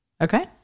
Okay